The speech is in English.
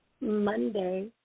Monday